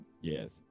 Yes